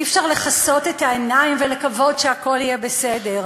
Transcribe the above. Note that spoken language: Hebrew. אי-אפשר לכסות את העיניים ולקוות שהכול יהיה בסדר.